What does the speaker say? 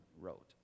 wrote